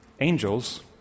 Angels